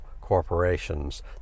corporations